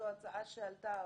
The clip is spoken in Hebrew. זו הצעה שעלתה,